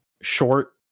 short